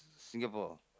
Singapore